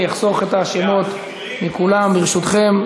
אני אחסוך את השמות מכולם, ברשותכם.